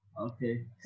okay